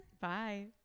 bye